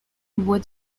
wood